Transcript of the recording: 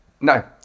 no